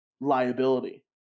liability